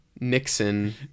nixon